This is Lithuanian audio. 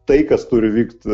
tai kas turi vykt